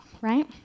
right